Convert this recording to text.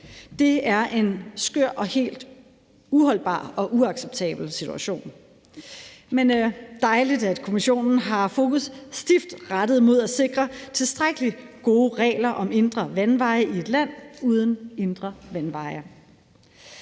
Det er en skør og helt uholdbar og uacceptabel situation. Men det er dejligt, at Kommissionen har sit fokus stift rettet mod at sikre tilstrækkelig gode regler om indre vandveje i et land uden indre vandveje.